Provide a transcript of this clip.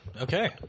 Okay